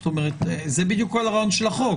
זה בדיוק כל הרעיון של החוק.